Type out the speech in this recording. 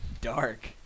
Dark